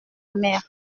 mère